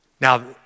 Now